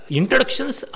introductions